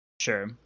Sure